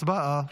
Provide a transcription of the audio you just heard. הצבעה.